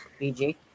BG